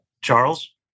Charles